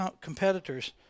competitors